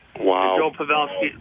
Wow